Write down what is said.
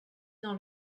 dans